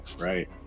Right